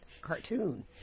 cartoon